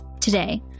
Today